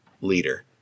leader